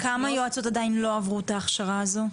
כמה יועצות עדיין לא עברו את ההכשרה הזו?